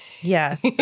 Yes